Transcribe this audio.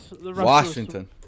Washington